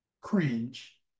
cringe